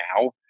now